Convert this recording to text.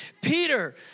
Peter